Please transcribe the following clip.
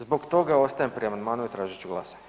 Zbog toga ostajem pri amandmanu i tražit ću glasanje.